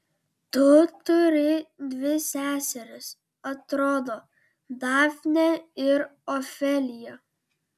tu turi dvi seseris atrodo dafnę ir ofeliją